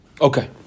Okay